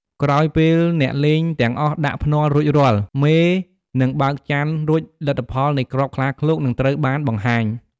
ក្រោយពេលអ្នកលេងទាំងអស់ដាក់ភ្នាល់រួចរាល់ មេនឹងបើកចានរួចលទ្ធផលនៃគ្រាប់ខ្លាឃ្លោកនឹងត្រូវបានបង្ហាញ។